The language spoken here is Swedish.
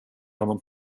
honom